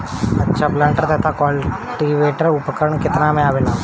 अच्छा प्लांटर तथा क्लटीवेटर उपकरण केतना में आवेला?